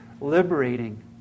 liberating